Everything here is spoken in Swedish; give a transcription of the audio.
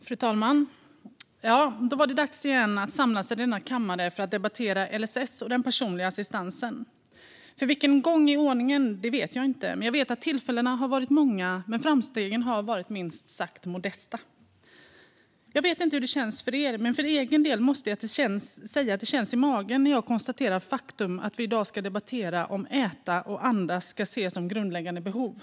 Fru talman! Då var det dags igen att samlas i denna kammare för att debattera LSS och den personliga assistansen - för vilken gång i ordningen vet jag inte, men jag vet att tillfällena har varit många men att framstegen har varit minst sagt modesta. Jag vet inte hur det känns för er, men för egen del måste jag säga att det känns i magen när jag konstaterar faktum att vi i dag ska debattera huruvida äta och andas ska ses som grundläggande behov.